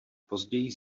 později